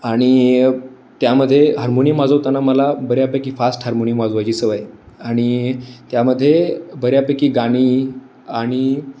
आणि त्यामध्ये हार्मोनियम वाजवताना मला बऱ्यापैकी फास्ट हार्मोनियम वाजवायची सवय आणि त्यामध्ये बऱ्यापैकी गाणी आणि